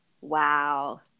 wow